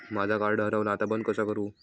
माझा कार्ड हरवला आता बंद कसा करू?